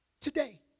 Today